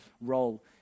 role